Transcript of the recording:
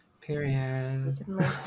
period